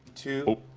two oh,